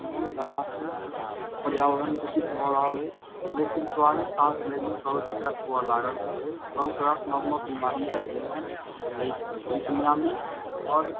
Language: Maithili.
ला से पर्यावरण दूषित भऽ रहल अछि जाहिके दुआरे साँस लैमे सेहो दिक्कत हुअ लागल हँ बहुत रास नव नव बीमारी आबि गेल हँ एहि दुनियामे आओर